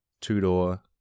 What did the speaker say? two-door